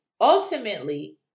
ultimately